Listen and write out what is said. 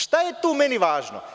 Šta je tu meni važno?